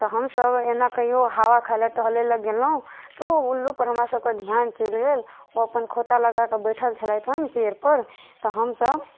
तऽ हमसब एना कहियो हवा खाय लए टहलै लए गेलहुॅं तऽ ओ उल्लू पर हमरा सबके ध्यान चलि गेल ओ अपन खोता लगा कऽ बैठल छलथि हन पेड़ पर तऽ हमसब